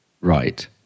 Right